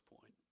point